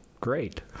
great